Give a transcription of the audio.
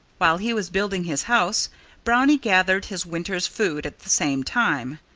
while he was building his house brownie gathered his winter's food at the same time.